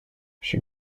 she